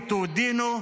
לדת שלו.